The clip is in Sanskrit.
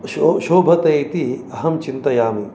शो शोभते इति अहं चिन्तयामि